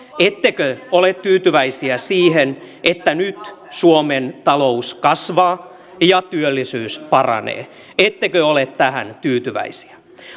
ettekö ole tyytyväisiä siihen että nyt suomen talous kasvaa ja työllisyys paranee ettekö ole tähän tyytyväisiä